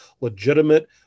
legitimate